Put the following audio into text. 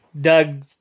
doug